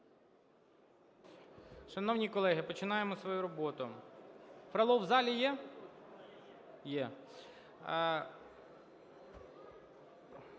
Шановні колеги, починаємо свою роботу. Фролов в залі є? Є.